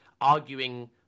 arguing